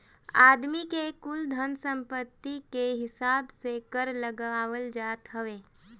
आदमी के कुल धन सम्पत्ति कअ हिसाब से कर लगावल जात हवे